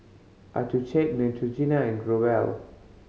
Neutrogena and Growell